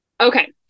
Okay